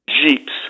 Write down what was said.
jeeps